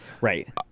right